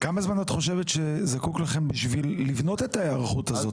כמה זמן את חושבת שזקוק לכם בשביל לבנות את ההיערכות הזאת?